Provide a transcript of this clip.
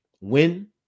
Win